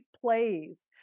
plays